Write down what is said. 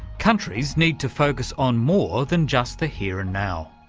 countries need to focus on more than just the here and now.